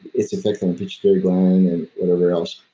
it's affecting pituitary gland and whatever else.